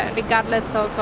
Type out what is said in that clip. and regardless so but